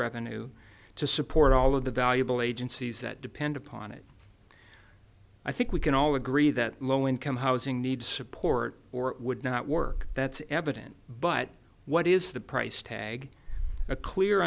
revenue to support all of the valuable agencies that depend upon it i think we can all agree that low income housing needs support or would not work that's evident but what is the price tag a clear